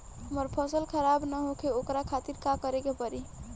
हमर फसल खराब न होखे ओकरा खातिर का करे के परी?